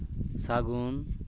ᱥᱟᱹᱜᱩᱱ